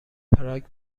پراگ